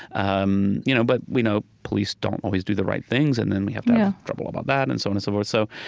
um you know but we know police don't always do the right things, and then we have to have trouble about that and so and so forth. so,